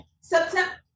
September